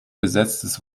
besetztes